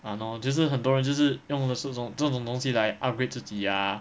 !hannor! 就是很多人就是用的是这种这种东西来 upgrade 自己呀